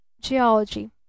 geology